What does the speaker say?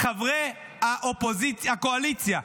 חברי הקואליציה,